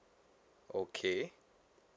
okay